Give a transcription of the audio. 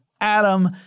Adam